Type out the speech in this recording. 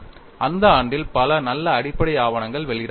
அந்த ஆண்டில் பல நல்ல அடிப்படை ஆவணங்கள் வெளியிடப்பட்டன